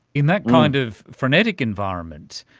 in that kind of frenetic environment,